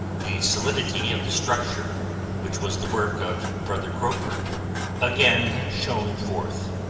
the solidity of the structure which was the work of brother gropper again shone forth.